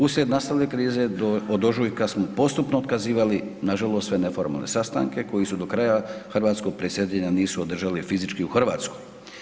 Uslijed nastale krize od ožujka smo postupno otkazivali nažalost se neformalne sastanke koji su do kraja hrvatskog predsjedanja nisu održali fizički u Hrvatskoj.